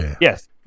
Yes